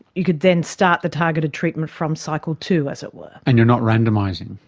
you could then start the targeted treatment from cycle two, as it were. and you're not randomising.